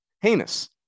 heinous